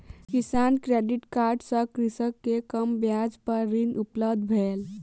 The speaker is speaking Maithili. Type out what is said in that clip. किसान क्रेडिट कार्ड सँ कृषक के कम ब्याज पर ऋण उपलब्ध भेल